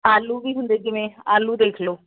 ਆਲੂ ਵੀ ਹੁੰਦੇ ਜਿਵੇਂ ਆਲੂ ਦੇਖ ਲਓ